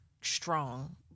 strong